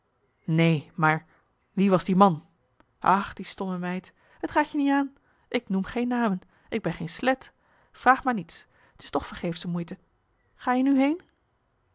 neen maar wie was die man ach die stomme meid het gaat je niet aan ik noem geen namen ik ben geen slet vraag maar niets t is toch vergeefsche moeite ga je nu heen